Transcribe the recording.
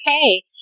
okay